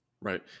Right